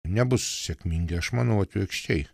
nebus sėkmingi aš manau atvirkščiai